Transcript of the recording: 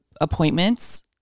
appointments